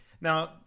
Now